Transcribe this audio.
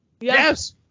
Yes